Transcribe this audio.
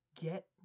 get